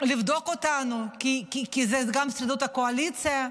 לבדוק אותנו, כי זה גם שרידות הקואליציה.